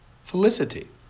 Felicity